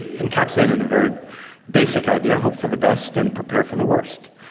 encapsulated in a very basic idea hope for the best and prepare for the worst.